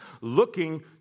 looking